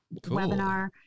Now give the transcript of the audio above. webinar